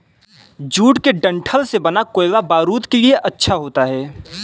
jute के डंठल से बना कोयला बारूद के लिए अच्छा होता है